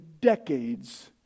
decades